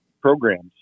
programs